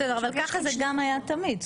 ככה זה גם היה תמיד.